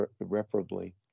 irreparably